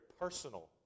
personal